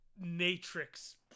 Matrix